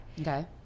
Okay